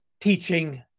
teaching